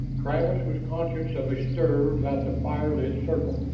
travis was conscious of a stir about the firelit circle.